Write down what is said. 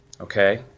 Okay